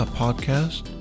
podcast